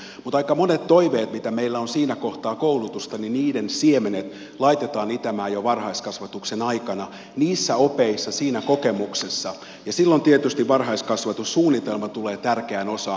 mutta aika monien toiveiden mitä meillä on siinä kohtaa koulutusta siemenet laitetaan itämään jo varhaiskasvatuksen aikana niissä opeissa siinä kokemuksessa ja silloin tietysti varhaiskasvatussuunnitelma tulee tärkeään osaan